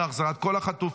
אומר: החזרת כל החטופים.